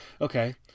okay